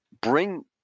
bring